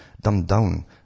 dumbed-down